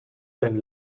then